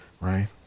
Right